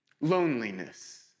loneliness